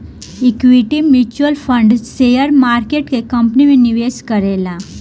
equity mutual fund share market के company में निवेश करेला